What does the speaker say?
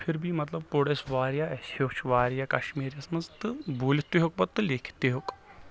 پِھر بھی مطلب پوٚر اَسہِ واریاہ اَسہِ ہیٚوچھ واریاہ کشمیٖری یس منٛز تہٕ بوٗلِتھ تہِ ہیٚوک پتہٕ تہٕ لیٚکھِتھ تہِ ہیٚوک